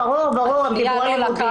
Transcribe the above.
ברור, ברור, דיברו על שעות לימודים.